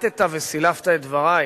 עיוותָ וסילפת את דברי.